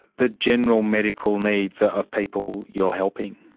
the general medical needs of people you are helping?